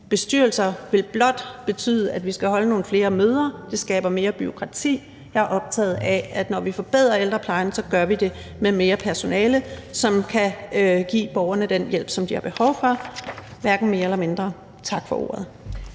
Bestyrelser vil blot betyde, at vi skal holde nogle flere møder, og det skaber mere bureaukrati. Jeg er optaget af, at når vi forbedrer ældreplejen, gør vi det med mere personale, som kan give borgerne den hjælp, som de har behov for, hverken mere eller mindre. Tak for ordet.